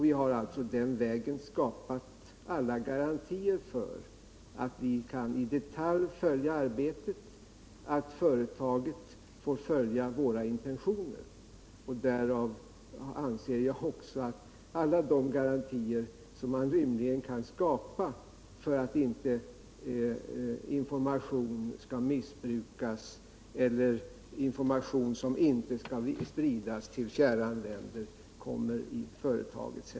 Vi har alltså den vägen skapat alla garantier för att vi i detalj kan följa arbetet och att företaget får arbeta efter våra intentioner. Därmed anser jag att vi har garantier för att information inte skall missbrukas eller att information som inte skall spridas till fjärran länder hamnar hos konsultföretaget.